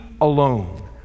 alone